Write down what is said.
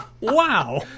Wow